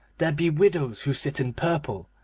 there be widows who sit in purple,